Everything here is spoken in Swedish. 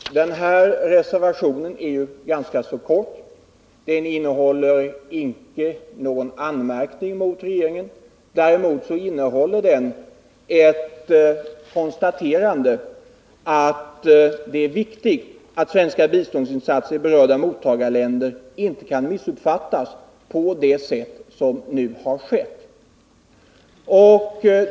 Herr talman! Den här reservationen är ganska kort och innehåller inte någon anmärkning mot regeringen. Däremot innehåller den ett konstate rande att det är viktigt att svenska biståndsinsatser i berörda mottagarländer inte kan missuppfattas på det sätt som nu har skett.